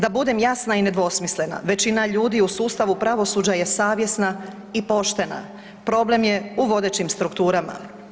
Da budem jasna i nedvosmislena, većina ljudi u sustavu pravosuđa je savjesna i poštena, problem je u vodećim strukturama.